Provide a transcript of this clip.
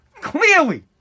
Clearly